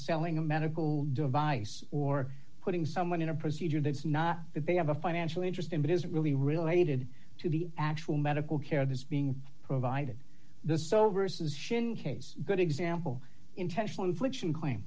selling a medical device or putting someone in a procedure that's not that they have a financial interest in but is really related to the actual medical care that's being provided the so versus shinn case good example intentional infliction claim